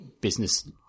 business